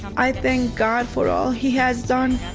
i thank god for all he has done.